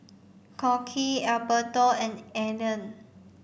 Crockett Alberto and Alleen